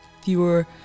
fewer